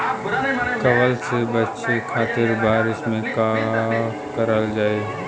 कवक से बचावे खातिन बरसीन मे का करल जाई?